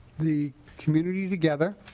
the community together